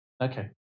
Okay